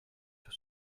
sur